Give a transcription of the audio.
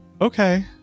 okay